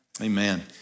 Amen